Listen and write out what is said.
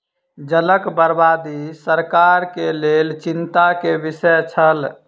जलक बर्बादी सरकार के लेल चिंता के विषय छल